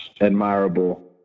admirable